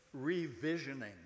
revisioning